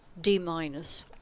D-minus